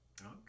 Okay